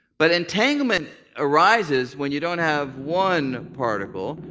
but entanglement arises when you don't have one particle,